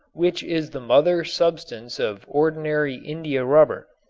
which is the mother substance of ordinary india rubber.